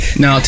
now